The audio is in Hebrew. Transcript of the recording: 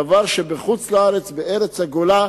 דבר שבחו"ל, בארץ הגולה,